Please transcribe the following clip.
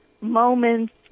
moments